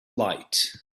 light